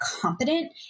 competent